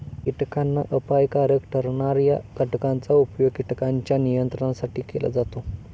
कीटकांना अपायकारक ठरणार्या घटकांचा उपयोग कीटकांच्या नियंत्रणासाठी केला जातो